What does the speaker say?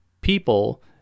people